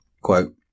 quote